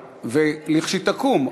לכשתקום.